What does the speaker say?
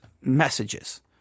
messages